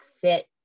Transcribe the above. fit